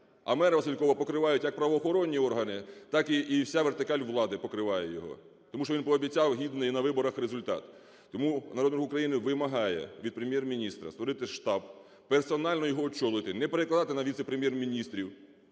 а мера Василькова покривають як правоохоронні органи, так і вся вертикаль влади покриває його, тому що він пообіцяв гідний на виборах результат. Тому Народний Рух України вимагає від Прем’єр-міністра створити штаб, персонально його очолити, не перекладати на віце-прем'єр-міністрів,